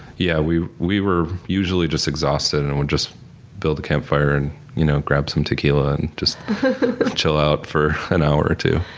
yeah we we were usually just exhausted and would just build a campfire and you know, grab some tequila and just chill out for an hour or two.